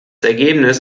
ergebnis